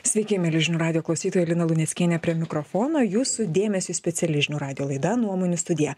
sveiki mieli žinių radijo klausytojai lina luneckienė prie mikrofono jūsų dėmesiui speciali žinių radijo laida nuomonių studija